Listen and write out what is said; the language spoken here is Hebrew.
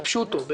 פשוטו כמשמעו,